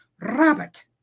Robert